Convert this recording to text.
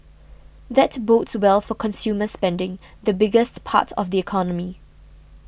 that bodes well for consumer spending the biggest part of the economy